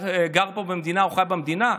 שגר פה במדינה או חי במדינה?